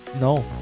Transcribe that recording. No